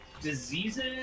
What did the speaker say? diseases